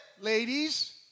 ladies